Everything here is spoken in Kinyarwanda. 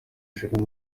jolie